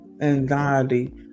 Anxiety